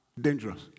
dangerous